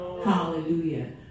hallelujah